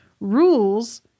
rules